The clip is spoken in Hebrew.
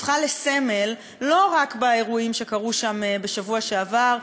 הפכה לסמל לא רק באירועים שקרו שם בשבוע שעבר,